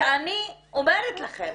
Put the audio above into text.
ואני אומרת לכם,